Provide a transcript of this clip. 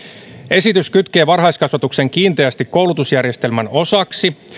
esitys kytkee varhaiskasvatuksen kiinteästi koulutusjärjestelmän osaksi